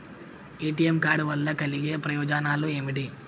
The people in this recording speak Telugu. ఏ.టి.ఎమ్ కార్డ్ వల్ల కలిగే ప్రయోజనాలు ఏమిటి?